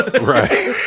right